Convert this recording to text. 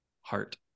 heart